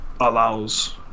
allows